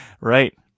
right